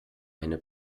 eine